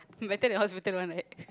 better than hospital one right